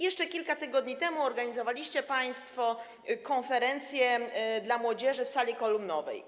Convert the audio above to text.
Jeszcze kilka tygodni temu organizowaliście państwo konferencję dla młodzieży w sali kolumnowej.